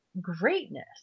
greatness